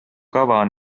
kava